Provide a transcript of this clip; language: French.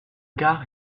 gars